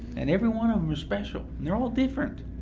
and every one of them is special, and they're all different.